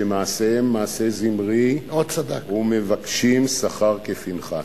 שמעשיהן מעשה זמרי ומבקשין שכר כפנחס.